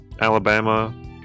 Alabama